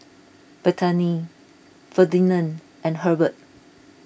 Bethany Ferdinand and Hurbert